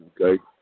Okay